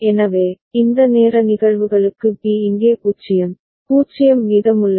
எனவே இந்த நேர நிகழ்வுகளுக்கு B இங்கே 0 0 மீதமுள்ளது